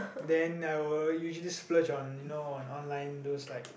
then I will usually splurge on you know on online those like